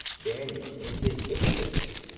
daniel, in his innocency,